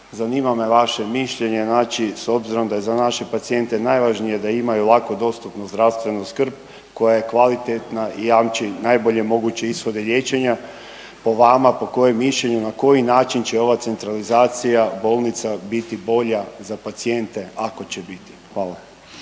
zanima me vaše mišljenje znači s obzirom da je za naše pacijente najvažnije da imaju lako dostupnu zdravstvenu skrb koja je kvalitetna, jamči najbolje moguće ishode liječenja. Po vama, po kojem mišljenju, na koji način će ova centralizacija bolnica biti bolja za pacijente ako će biti? Hvala.